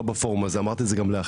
לא בפורום הזה אמרתי את זה גם לאחיך,